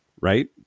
right